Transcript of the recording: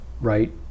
right